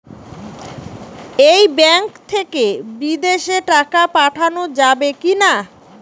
এই ব্যাঙ্ক থেকে বিদেশে টাকা পাঠানো যাবে কিনা?